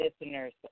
listeners